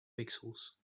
pixels